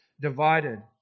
divided